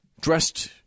dressed